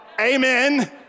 amen